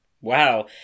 Wow